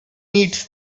needs